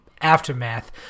aftermath